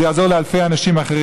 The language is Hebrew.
זה יעזור גם לאלפי אנשים אחרים.